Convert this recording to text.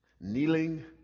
kneeling